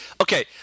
okay